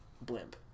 blimp